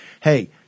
hey